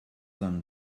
them